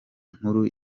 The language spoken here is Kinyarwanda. nkuru